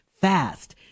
fast